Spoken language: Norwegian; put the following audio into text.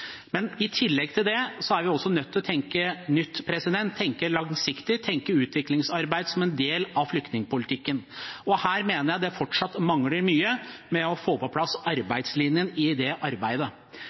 men i tillegg til det er vi nødt til å tenke nytt, tenke langsiktig, tenke utviklingsarbeid som en del av flyktningpolitikken. Her mener jeg det fortsatt mangler mye med tanke på å få på plass